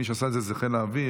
מי שעשה את זה הוא חיל האוויר,